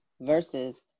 versus